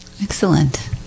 Excellent